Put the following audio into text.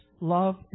love